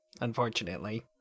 unfortunately